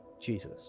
Jesus